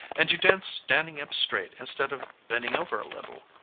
and you dance standing up straight instead of bending over a little.